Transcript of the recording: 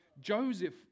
Joseph